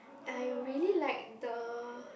I really like the